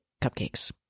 cupcakes